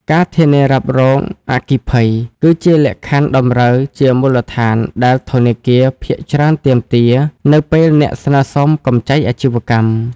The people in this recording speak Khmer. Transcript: ការធានារ៉ាប់រងអគ្គិភ័យ គឺជាលក្ខខណ្ឌតម្រូវជាមូលដ្ឋានដែលធនាគារភាគច្រើនទាមទារ នៅពេលអ្នកស្នើសុំកម្ចីអាជីវកម្ម។